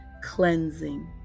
cleansing